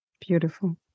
Beautiful